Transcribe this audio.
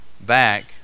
back